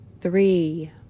three